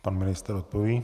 Pan ministr odpoví.